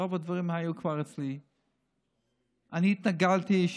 אני יכול להגיד לכם שרוב הדברים היו כבר אצלי.